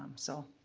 so,